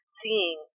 seeing